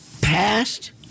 passed